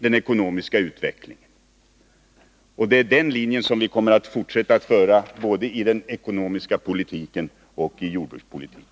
Det är den linje som vi kommer att fortsätta att föra både i den ekonomiska politiken och i jordbrukspolitiken.